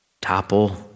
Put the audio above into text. topple